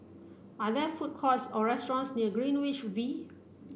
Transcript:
are there food courts or restaurants near Greenwich V